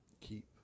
keep